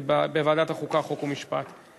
חוק ומשפט נתקבלה.